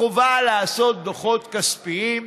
החובה לעשות דוחות כספיים.